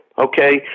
okay